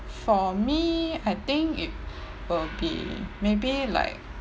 for me I think it will be maybe like